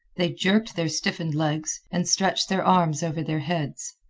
they jerked their stiffened legs, and stretched their arms over their heads.